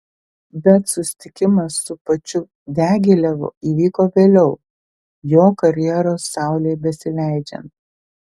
bet susitikimas su pačiu diagilevu įvyko vėliau jo karjeros saulei besileidžiant